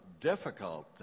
difficult